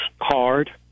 hard